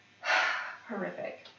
horrific